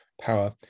power